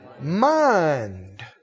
Mind